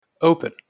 Open